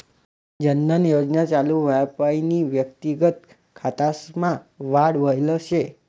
जन धन योजना चालू व्हवापईन व्यक्तिगत खातासमा वाढ व्हयल शे